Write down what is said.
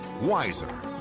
Wiser